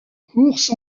courses